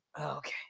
okay